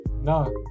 No